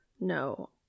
No